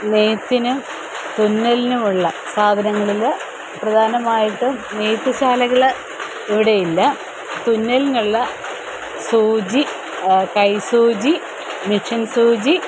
നെയ്തിനും തുന്നലിനുമുള്ള സാധനങ്ങളില് പ്രധാനമായിട്ടും നെയ്ത്ത് ശാലകള് ഇവിടെയില്ല തുന്നലിനുള്ള സൂചി കൈ സൂചി മിഷ്യൻ സൂചി